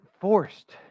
forced